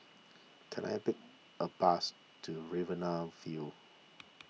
can I take a bus to Riverina View